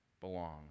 belong